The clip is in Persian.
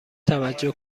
توجه